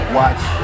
watch